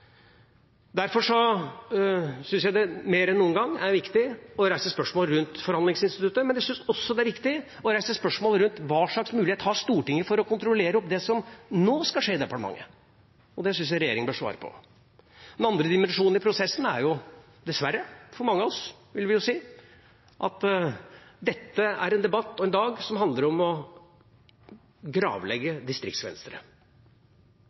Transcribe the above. Derfor syns jeg det mer enn noen gang er viktig å reise spørsmål rundt forhandlingsinstituttet, men jeg syns også det er viktig å reise spørsmål rundt hva slags mulighet Stortinget har til å kontrollere det som nå skal skje i departementet. Det syns jeg regjeringa bør svare på. Den andre dimensjonen i prosessen er – dessverre for mange av oss, vil vi jo si – at dette er en debatt og en dag som handler om å